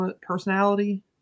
personality